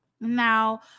Now